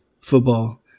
football